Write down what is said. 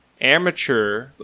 amateur